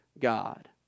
God